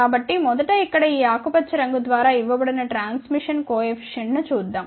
కాబట్టి మొదట ఇక్కడ ఈ ఆకుపచ్చ రంగు ద్వారా ఇవ్వబడిన ట్రాన్మిషన్ కోఎఫిషియంట్ ను చూద్దాం